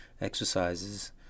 exercises